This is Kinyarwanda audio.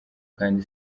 kandi